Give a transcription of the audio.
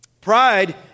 Pride